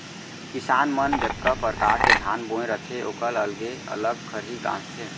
किसान मन जतका परकार के धान बोए रथें ओकर अलगे अलग खरही गॉंजथें